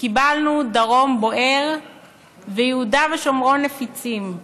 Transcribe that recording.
וקיבלנו דרום בוער ויהודה ושומרון נפיצים,